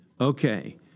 okay